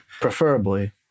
Preferably